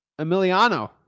Emiliano